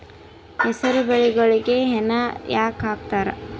ಹೆಸರು ಬೆಳಿಗೋಳಿಗಿ ಹೆನ ಯಾಕ ಆಗ್ತಾವ?